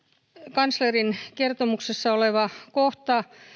kanslerin kertomuksessa oleva kohta